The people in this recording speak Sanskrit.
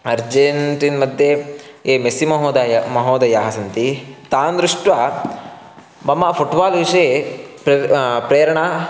अर्जेण्टिन् मध्ये ये मेस्सिमहोदायः महोदयाः सन्ति तान् दृष्ट्वा मम फ़ुट्बाल् विषये प्रेर् प्रेरणा